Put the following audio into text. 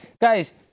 Guys